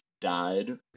died